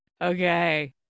Okay